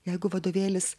jeigu vadovėlis